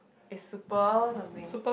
is super something